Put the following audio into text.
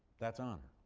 that's honor,